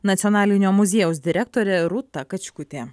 nacionalinio muziejaus direktorė rūta kačkutė